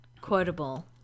quotable